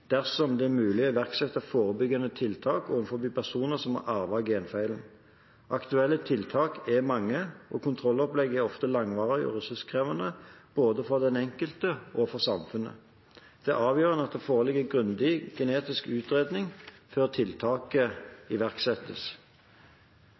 dersom det er mulig å iverksette forebyggende tiltak overfor personer som har arvet genfeilen. Aktuelle tiltak er mange, og kontrolloppleggene er ofte langvarige og ressurskrevende både for den enkelte og for samfunnet. Det er avgjørende at det foreligger en grundig genetisk utredning før tiltaket